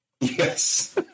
Yes